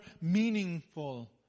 meaningful